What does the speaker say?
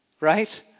right